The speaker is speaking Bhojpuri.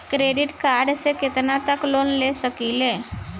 क्रेडिट कार्ड से कितना तक लोन ले सकईल?